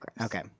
Okay